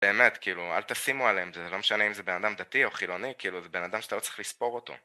באמת כאילו אל תשימו עליהם זה לא משנה אם זה בן אדם דתי או חילוני כאילו זה בן אדם שאתה לא צריך לספור אותו